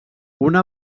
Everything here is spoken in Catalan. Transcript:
una